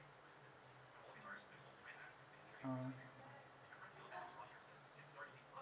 oh